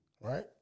right